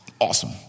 awesome